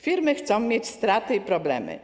Firmy chcą mieć straty i problemy.